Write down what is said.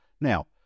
Now